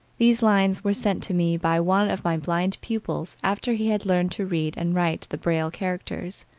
these lines were sent to me by one of my blind pupils after he had learned to read and write the braille characters.